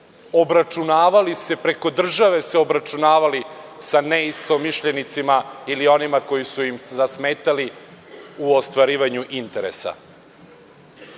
obračunavali se, preko države se obračunavali sa neistomišljenicima ili onima koji su im zasmetali u ostvarivanju interesa.Sećajući